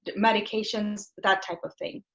but medications that type of thing.